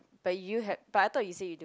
but you had but I thought you say you